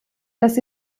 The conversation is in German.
dass